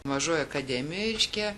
mažojoj akademijoj reiškia